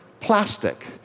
plastic